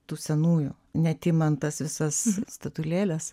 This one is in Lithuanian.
tų senųjų net imant tas visas statulėles